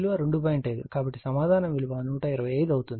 5 కాబట్టి సమాధానం విలువ 125 అవుతుంది